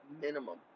minimum